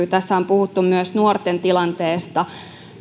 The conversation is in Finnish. tässä on puhuttu myös nuorten tilanteesta